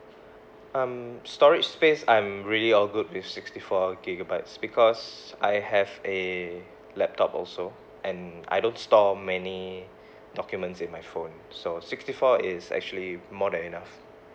um storage space I'm really all good with sixty four gigabyte because I have a laptop also and I don't store many documents in my phone so sixty four is actually more than enough